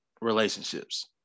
relationships